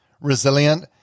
resilient